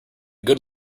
good